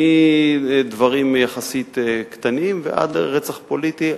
מדברים יחסית קטנים ועד רצח פוליטי,